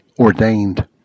ordained